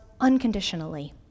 unconditionally